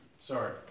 sorry